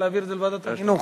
להעביר את זה לוועדת החינוך?